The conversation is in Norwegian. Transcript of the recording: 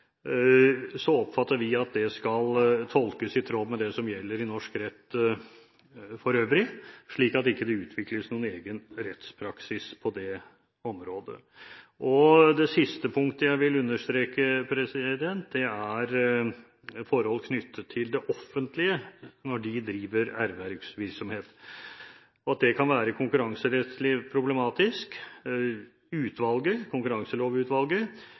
oppfatter at det skal tolkes i tråd med det som gjelder i norsk rett for øvrig, slik at det ikke utvikles en egen rettspraksis på det området. Det siste punktet jeg vil understreke, er forhold knyttet til det offentlige når de driver ervervsvirksomhet. Det kan være konkurranserettslig problematisk. Konkurranselovutvalget